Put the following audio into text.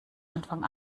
anfang